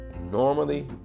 Normally